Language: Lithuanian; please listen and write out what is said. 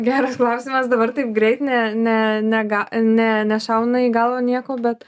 geras klausimas dabar taip greit ne ne nega ne nešauna į galvą nieko bet